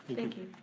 thank you.